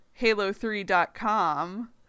Halo3.com